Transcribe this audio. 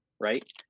right